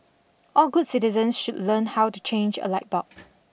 all good citizens should learn how to change a light bulb